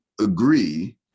agree